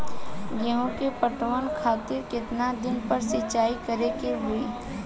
गेहूं में पटवन खातिर केतना दिन पर सिंचाई करें के होई?